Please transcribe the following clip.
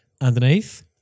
underneath